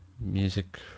music